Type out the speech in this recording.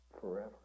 forever